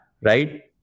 right